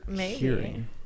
hearing